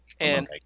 and-